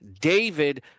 David